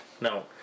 No